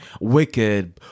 Wicked